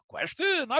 Question